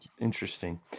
interesting